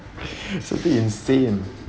insane